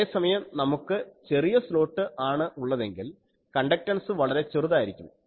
അതേസമയം നമുക്ക് ചെറിയ സ്ലോട്ട് ആണ് ഉള്ളതെങ്കിൽ കണ്ടക്ടൻസ് വളരെ ചെറുതായിരിക്കും